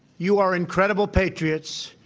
you are incredible patriots.